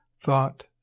thought